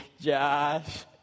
Josh